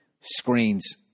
screens